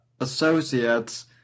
associates